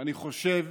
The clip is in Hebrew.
ואני חושב